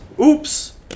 Oops